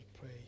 pray